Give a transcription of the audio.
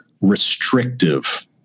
restrictive